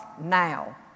now